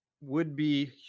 would-be